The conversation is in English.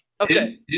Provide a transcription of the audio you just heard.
Okay